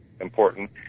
important